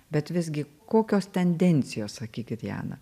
bet visgi kokios tendencijos sakykit jana